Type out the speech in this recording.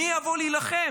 מי יבוא להילחם,